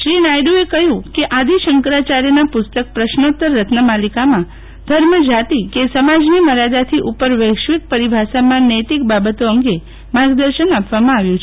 શ્રી નાયડુએ કહયું કે આદિ શંકરાચાર્યના પુસ્તક પ્રશ્નોત્તર રત્નામાલિકામાં ધર્મ જાતિ કે સમાજની મર્યાદાથી ઉપર વૈશ્વિક પરિભાષામાં નૈતિક બાબતો અંગે માર્ગદર્શન આપવામાં આવ્યું છે